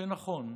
שנכון,